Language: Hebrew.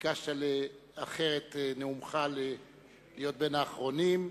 ביקשת לאחר את נאומך, להיות בין האחרונים.